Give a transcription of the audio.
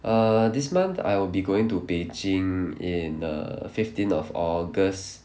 err this month I will be going to beijing in err fifteen of august